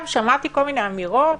שמעתי כל מיני אמירות